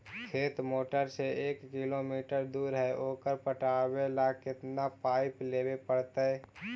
खेत मोटर से एक किलोमीटर दूर है ओकर पटाबे ल केतना पाइप लेबे पड़तै?